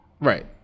Right